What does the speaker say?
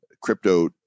Crypto